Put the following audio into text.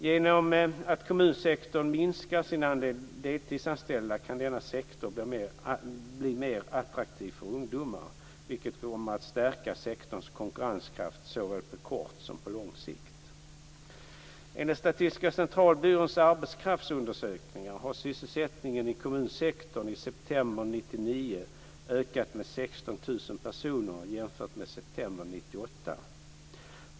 Genom att kommunsektorn minskar sin andel deltidsanställda kan denna sektor bli mer attraktiv för ungdomar, vilket kommer att stärka sektorns konkurrenskraft såväl på kort som på lång sikt. Enligt Statistiska Centralbyråns arbetskraftsundersökningar har sysselsättningen i kommunsektorn i september 1999 ökat med 16 000 personer jämfört med september 1998.